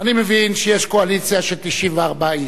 אני מבין שיש קואליציה של 94 איש,